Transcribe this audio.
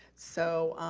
so